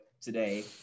today